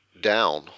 down